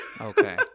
Okay